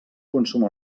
consum